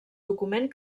document